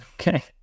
Okay